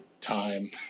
time